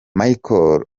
michael